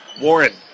Warren